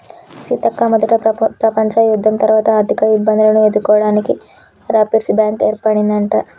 సీతక్క మొదట ప్రపంచ యుద్ధం తర్వాత ఆర్థిక ఇబ్బందులను ఎదుర్కోవడానికి రాపిర్స్ బ్యాంకు ఏర్పడిందట